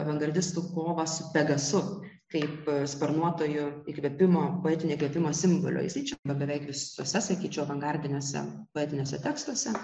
avangardistų kovą su pegasu kaip sparnuotojo įkvėpimo poetinio įkvėpimo simbolio jisai čia beveik visose sakyčiau avangardiniuose poetiniuose tekstuose